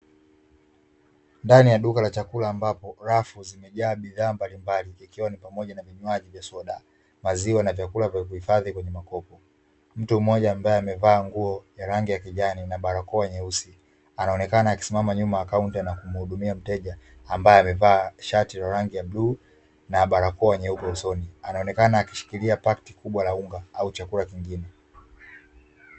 Ndani ya duka la chakula ambapo rafu zimejaa bidhaa mbalimbali ikiwa ni pamoja na vinywaji vya soda, maziwa na vyakula vya uhifadhi kwenye makopo. Mtu mmoja ambaye amevaa nguo ya rangi ya kijani na barakoa nyeusi anaonekana akisimama nyuma ya kaunta na kumhudumia mteja ambaye amevaa shati ya rangi ya bluu na barakoa nyeupe usoni, anaonekana akishikilia paketi kubwa la unga au chakula kingine.